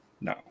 No